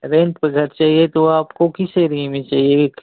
rent पर घर चाहिए तो आपको किस एरिये में चाहिए